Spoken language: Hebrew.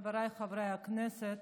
חבריי חברי הכנסת,